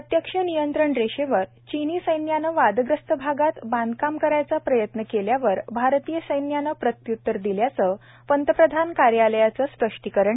प्रत्यक्ष नियंत्रण रेषेवर चीनी सैन्यानं वादग्रस्त भागात बांधकाम करायचा प्रयत्न केल्यावर भारतीय सैन्यानं प्रत्युत्तर दिल्याचं प्रधानमंत्री कार्यालयाचं स्पष्टीकरण